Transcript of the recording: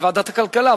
בוועדת הכלכלה,